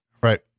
Right